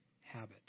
habit